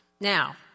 Now